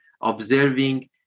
observing